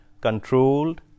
Controlled